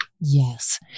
Yes